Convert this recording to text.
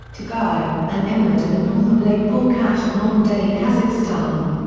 turgai, and emba to the north of lake balkhash of modern-day kazakhstan.